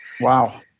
Wow